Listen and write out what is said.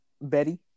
Betty